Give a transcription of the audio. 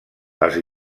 els